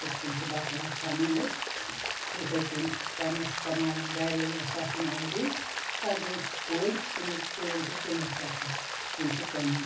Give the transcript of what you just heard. ہُتھٕ کٔنۍ چھِ بَتہٕ وَتہٕ چھِ اَنان أسۍ ہُتھٕے کُنۍ تَنہٕ ٲسۍ کَماوَن گَرے اوس آسان ٲبی تَتھ درٛیٚنٛٹھ کُلۍ تِمَن کُلیٚن چھِ ژوٗنٛٹھۍ وَسان تِم چھِ کٕنن